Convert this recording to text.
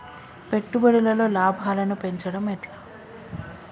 పెట్టుబడులలో లాభాలను పెంచడం ఎట్లా?